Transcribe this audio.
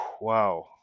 wow